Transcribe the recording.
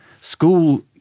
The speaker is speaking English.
School